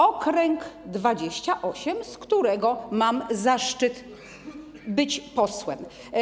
okręg nr 28, z którego mam zaszczyt być posłem.